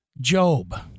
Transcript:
Job